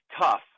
tough